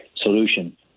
solution